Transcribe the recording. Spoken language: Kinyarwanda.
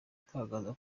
atangaza